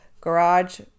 garage